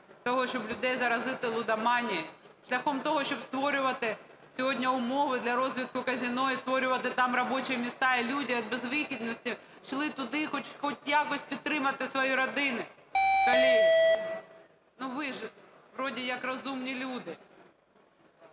того, щоб людей заразити лудоманією, шляхом того, щоб створювати сьогодні умови для розвитку казино і створювати там робочі місця. І люди від безвихідності йшли туди, щоб хоч якось підтримати свої родини. Колеги, ну, ви ж вроде як розумні люди.